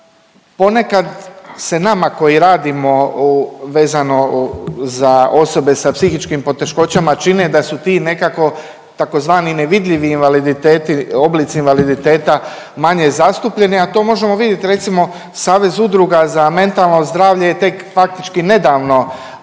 Ponekad se nama koji radimo vezano za osobe sa psihičkim poteškoćama čine da su ti nekako tzv. nevidljivi invaliditeti, oblici invaliditeta manje zastupljeni, a to možemo vidjeti recimo Savez udruga za mentalno zdravlje je tek faktički nedavno